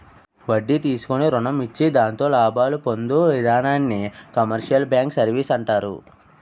వడ్డీ తీసుకుని రుణం ఇచ్చి దాంతో లాభాలు పొందు ఇధానాన్ని కమర్షియల్ బ్యాంకు సర్వీసు అంటారు